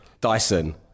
Dyson